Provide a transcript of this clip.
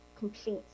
complete